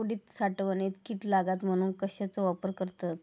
उडीद साठवणीत कीड लागात म्हणून कश्याचो वापर करतत?